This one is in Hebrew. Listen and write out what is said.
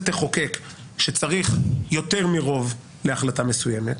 תחוקק שצריך יותר מרוב להחלטה מסוימת?